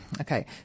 Okay